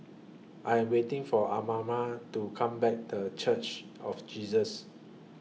I Am waiting For Amara to Come Back The Church of Jesus